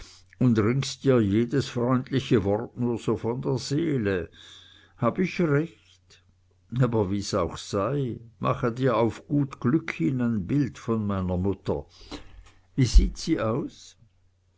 und ringst dir jedes freundliche wort nur so von der seele hab ich recht aber wie's auch sei mache dir auf gut glück hin ein bild von meiner mutter wie sieht sie aus